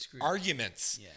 arguments